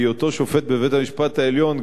בהיותו שופט בבית-המשפט העליון,